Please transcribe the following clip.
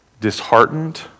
disheartened